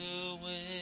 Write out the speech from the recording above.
away